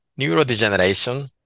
neurodegeneration